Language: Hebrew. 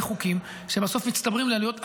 חוקים שבסוף מצטברים לעלויות עצומות.